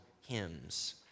hymns